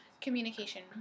communication